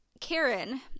Karen